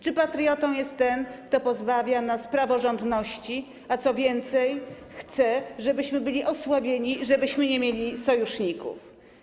Czy patriotą jest ten, kto pozbawia nas praworządności, a co więcej, chce, żebyśmy byli osłabieni i nie mieli sojuszników?